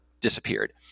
disappeared